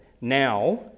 now